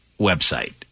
website